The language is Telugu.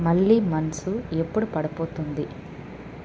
మళ్ళీ మంచు ఎప్పుడు పడబోతోంది